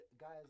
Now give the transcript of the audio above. guys